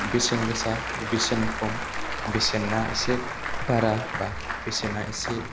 बेसेन गोसा बेसेन खम बेसेना एसे बारा बा बेसेना एसे